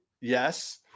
Yes